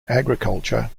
agriculture